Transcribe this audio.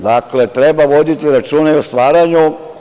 Dakle, treba voditi računa i o stvaranju.